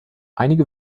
einige